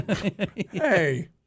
Hey